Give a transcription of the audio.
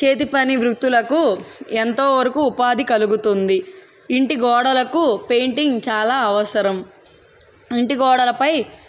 చేతి పని వృత్తులకు ఎంతోవరకు ఉపాధి కలుగుతుంది ఇంటి గోడలకు పెయింటింగ్ చాలా అవసరం ఇంటి గోడలపై